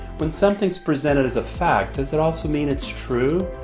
when something's presented as a fact, does it also mean it's true?